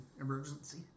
emergency